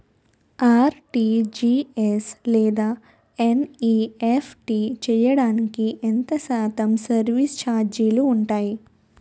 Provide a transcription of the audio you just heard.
RTGS లేదా NEFT చేయడానికి ఎంత శాతం సర్విస్ ఛార్జీలు ఉంటాయి?